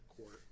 court